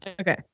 Okay